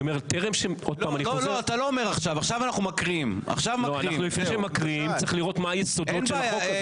לפני שמקריאים צריך לראות מה היסודות של החוק הזה.